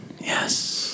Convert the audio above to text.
Yes